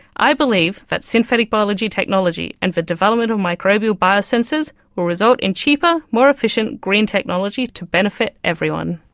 i believe that synthetic biology technology and the development of microbial biosensors will result in cheaper, more efficient green technology to benefit everyone.